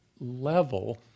level